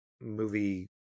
movie